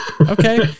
Okay